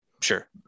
Sure